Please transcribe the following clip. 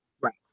Right